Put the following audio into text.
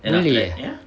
boleh ah